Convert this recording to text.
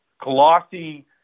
glossy